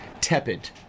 tepid